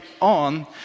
on